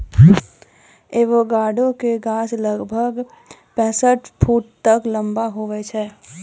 avocado के गाछ लगभग पैंसठ फुट तक लंबा हुवै छै